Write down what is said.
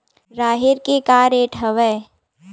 राहेर के का रेट हवय?